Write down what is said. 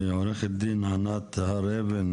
לעורכת הדין ענת הר אבן,